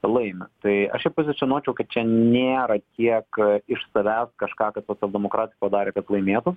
laimi tai aš čia pozicionuočiau kad čia nėra tiek iš savęs kažką kad socialdemokratai padarė kad laimėtų